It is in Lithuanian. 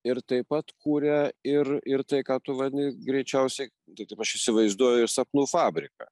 ir taip pat kuria ir ir tai ką tu vadini greičiausiai tai taip aš įsivaizduoju ir sapnų fabriką